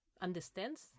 understands